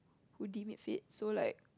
who deem it fit so like